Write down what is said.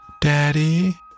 Daddy